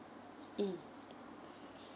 mm